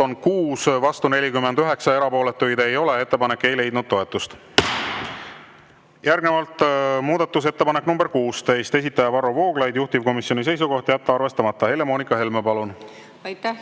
on 6, vastu 47, erapooletuid ei ole. Ettepanek ei leidnud toetust. Järgnevalt muudatusettepanek nr 24, esitaja Rene Kokk, juhtivkomisjoni seisukoht on jätta arvestamata. Helle-Moonika Helme, palun! Aitäh!